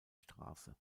straße